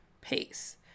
pace